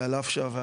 ועל אף שהוועדה,